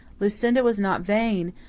lucinda was not vain,